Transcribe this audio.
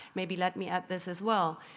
maybe let me add this as well.